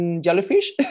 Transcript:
jellyfish